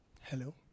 hello